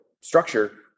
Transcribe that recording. structure